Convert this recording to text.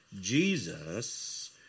Jesus